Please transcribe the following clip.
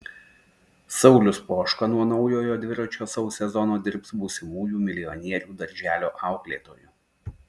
saulius poška nuo naujojo dviračio šou sezono dirbs būsimųjų milijonierių darželio auklėtoju